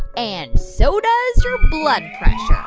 and so does your blood pressure.